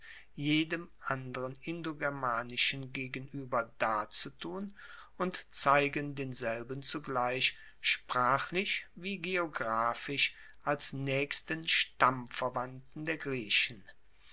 jedem anderen indogermanischen gegenueber darzutun und zeigen denselben zugleich sprachlich wie geographisch als naechsten stammverwandten der griechen